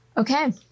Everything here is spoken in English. Okay